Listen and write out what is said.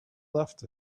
left